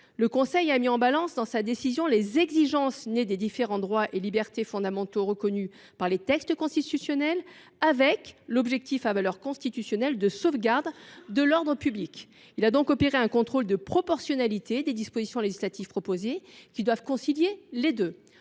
le Conseil a mis en balance, dans sa décision, les exigences nées des différents droits et libertés fondamentaux reconnus par les textes constitutionnels avec l’objectif de valeur constitutionnelle de sauvegarde de l’ordre public. Il a donc procédé à un contrôle de proportionnalité des dispositions législatives proposées, qui doivent concilier les deux.